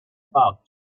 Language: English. pouch